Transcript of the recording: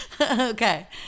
Okay